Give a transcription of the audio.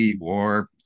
war